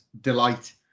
delight